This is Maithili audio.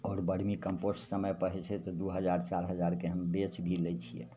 आओर बर्मी कम्पोस्ट समयपर होइ छै तऽ दुइ हजार चारि हजारके हम बेचि भी लै छिए